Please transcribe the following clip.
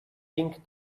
pink